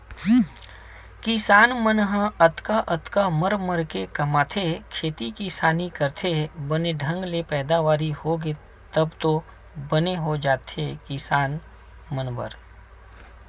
किसान मन ह अतका अतका मर मर के कमाथे खेती किसानी करथे बने ढंग ले पैदावारी होगे तब तो बने हो जाथे किसान मन बर